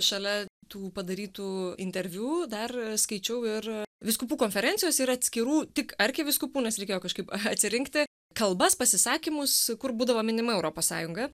šalia tų padarytų interviu dar skaičiau ir vyskupų konferencijos ir atskirų tik arkivyskupų nes reikėjo kažkaip atsirinkti kalbas pasisakymus kur būdavo minima europos sąjunga